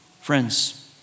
Friends